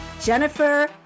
Jennifer